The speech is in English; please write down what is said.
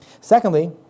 Secondly